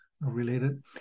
related